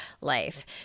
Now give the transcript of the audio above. life